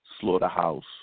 Slaughterhouse